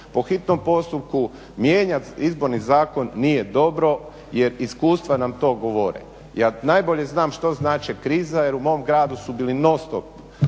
po hitnom postupku mijenjati Izborni zakon nije dobro jer iskustva nam to govore. Ja najbolje znam što znači kriza jer u mom gradu si bile non-stop